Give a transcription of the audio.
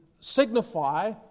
signify